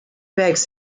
begs